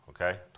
okay